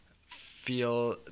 feel